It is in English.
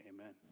amen